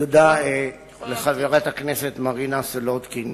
תודה לחברת הכנסת מרינה סולודקין.